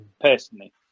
personally